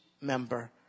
member